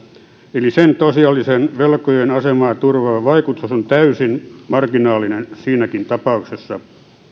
eli sen tosiasiallinen velkojien asemaa turvaava vaikutus on täysin marginaalinen siinäkin tapauksessa